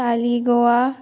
Kali Goa